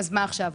ומה עכשיו?